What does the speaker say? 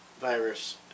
virus